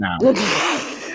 now